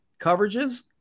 coverages